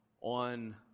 on